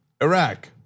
Iraq